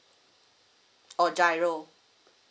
or giro